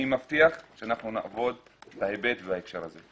אני מבטיח שאנחנו נעבוד בהיבט ובהקשר הזה.